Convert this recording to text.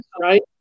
Right